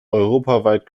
europaweit